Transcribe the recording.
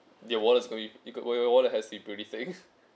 your wallet's gotta be your your wallet has to be pretty thick